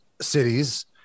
cities